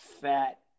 fat